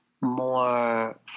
more